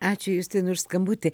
ačiū justinui ir skambutį